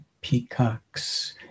peacocks